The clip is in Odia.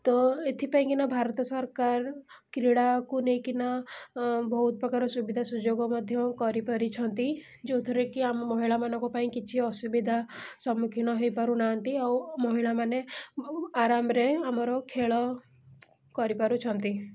ତ ଏଥିପାଇଁକିନା ଭାରତ ସରକାର କ୍ରୀଡ଼ାକୁ ନେଇକିନା ବହୁତପ୍ରକାର ସୁବିଧା ସୁଯୋଗ ମଧ୍ୟ କରିପାରିଛନ୍ତି ଯେଉଁଥିରେକି ଆମ ମହିଳାମାନଙ୍କ ପାଇଁ କିଛି ଅସୁବିଧା ସମ୍ମୁଖୀନ ହୋଇପାରୁନାହାନ୍ତି ଆଉ ମହିଳାମାନେ ଆରାମରେ ଆମର ଖେଳ କରିପାରୁଛନ୍ତି